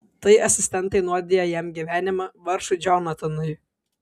tai asistentai nuodija jam gyvenimą vargšui džonatanui